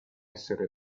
essere